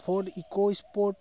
for eco sport